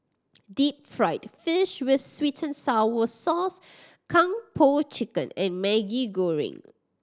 deep fried fish with sweet and sour sauce Kung Po Chicken and Maggi Goreng